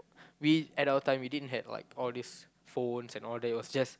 we at our time we didn't had like all these phones and all that it was just